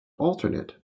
alternate